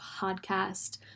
podcast